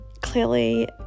Clearly